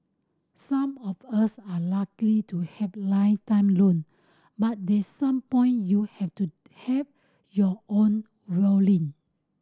some of us are luckily to have lifetime loan but that some point you have to have your own violin